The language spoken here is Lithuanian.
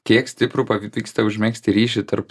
kiek stiprų pavyksta užmegzti ryšį tarp